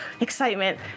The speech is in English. excitement